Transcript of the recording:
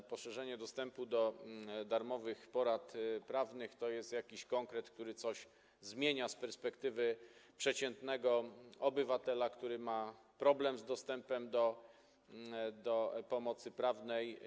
Poszerzenie dostępu do darmowych porad prawnych to jest jakiś konkret, który coś zmienia z perspektywy przeciętnego obywatela, który ma problem z dostępem do pomocy prawnej.